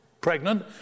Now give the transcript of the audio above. pregnant